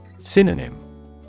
Synonym